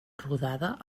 rodada